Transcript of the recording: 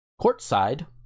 Courtside